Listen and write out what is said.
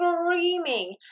screaming